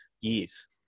years